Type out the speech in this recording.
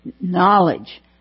knowledge